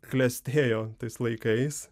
klestėjo tais laikais